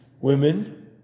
women